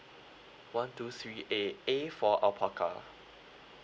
one two three A A for alpaca